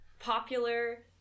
popular